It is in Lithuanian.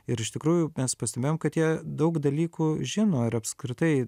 ir iš tikrųjų mes pastebėjom kad jie daug dalykų žino ir apskritai